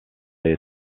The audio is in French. est